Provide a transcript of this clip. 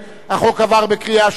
החוק עבר בקריאה שנייה.